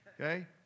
Okay